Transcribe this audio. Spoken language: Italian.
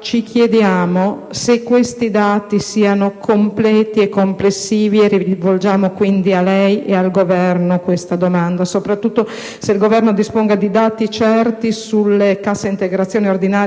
Ci chiediamo se questi dati siano completi e complessivi e rivolgiamo, quindi, a lei e al Governo questa domanda. Vorremmo soprattutto sapere se il Governo dispone di dati certi sulle casse integrazioni ordinarie